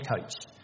coach